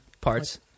Parts